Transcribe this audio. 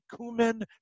cumin